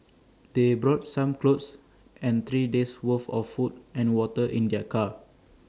they brought some clothes and three days' worth of food and water in their car